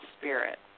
spirit